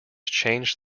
changed